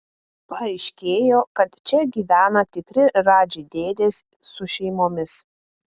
paaiškėjo kad čia gyvena tikri radži dėdės su šeimomis